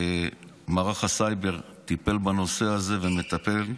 מערך הסייבר טיפל בנושא הזה ומטפל.